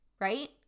right